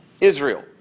Israel